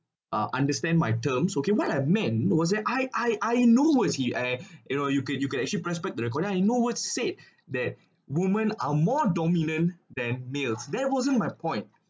ah understand my terms okay what a man was that I I I know was he uh you know you could you could actually prospect the record I know what to say that women are more dominant than males there wasn't my point